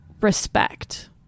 respect